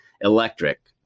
electric